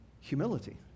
Humility